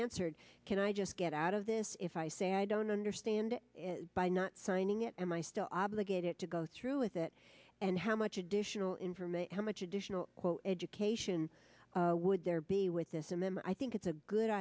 answered can i just get out of this if i say i don't understand by not signing it am i still obligated to go through with it and how much additional information how much additional education would there be with this image i think it's a good